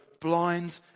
blind